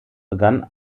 begann